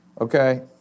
Okay